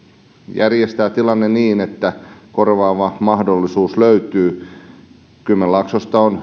järjestää tilanne niin että korvaava mahdollisuus löytyy kymenlaaksosta on